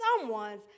someone's